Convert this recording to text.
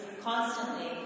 constantly